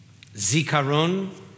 Zikaron